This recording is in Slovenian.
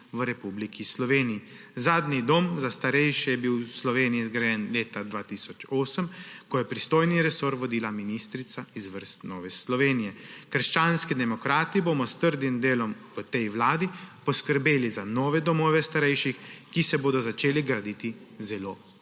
v Republiki Sloveniji. Zadnji dom za starejše je bil v Sloveniji zgrajen leta 2008, ko je pristojni resor vodila ministrica iz vrst Nove Slovenije. Krščanski demokrati bomo s trdim delom v tej vladi poskrbeli za nove domove starejših, ki se bodo začeli graditi zelo